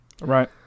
Right